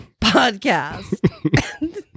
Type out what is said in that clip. podcast